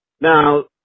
Now